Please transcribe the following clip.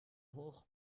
hoch